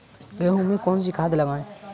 गेहूँ में कौनसी खाद लगाएँ?